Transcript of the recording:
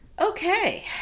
Okay